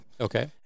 Okay